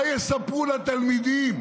מה יספרו לתלמידים